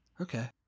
okay